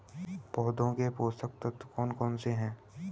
पौधों के पोषक तत्व कौन कौन से हैं?